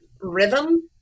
rhythm